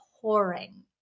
pouring